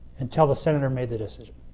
until the senator made the decision.